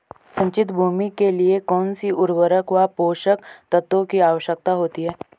सिंचित भूमि के लिए कौन सी उर्वरक व पोषक तत्वों की आवश्यकता होती है?